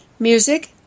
Music